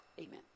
Amen